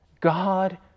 God